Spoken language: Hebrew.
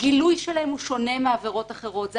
שלהן שונה מעבירות אחרות.